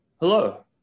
Hello